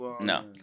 no